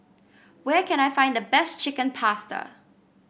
where can I find the best Chicken Pasta